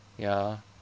ya